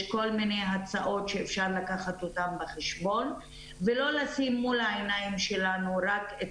יש כל מיני הצעות שאפשר לקחת אותן בחשבון ולא לשים מול עינינו רק את